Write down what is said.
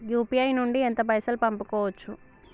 UPI నుండి ఎంత పైసల్ పంపుకోవచ్చు?